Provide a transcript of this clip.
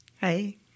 Hey